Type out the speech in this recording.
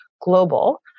global